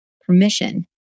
permission